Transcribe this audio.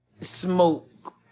smoke